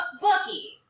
Bucky